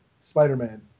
Spider-Man